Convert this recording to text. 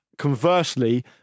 conversely